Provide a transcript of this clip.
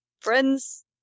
Friends